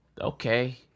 okay